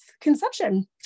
conception